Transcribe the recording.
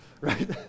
Right